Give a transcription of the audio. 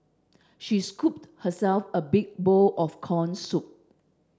she scooped herself a big bowl of corn soup